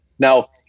Now